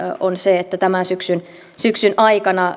on se että tämän syksyn syksyn aikana